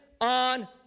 on